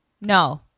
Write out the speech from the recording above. No